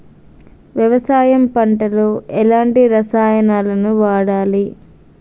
వ్యవసాయం పంట లో ఎలాంటి రసాయనాలను వాడాలి?